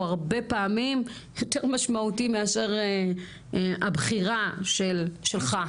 הרבה פעמים יותר משמעותי מאשר הבחירה שלך.